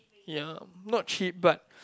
ya not cheap but